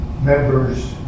members